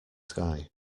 sky